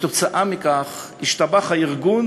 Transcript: וכתוצאה מכך השתבח הארגון,